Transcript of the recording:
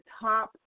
top